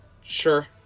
Sure